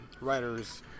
writers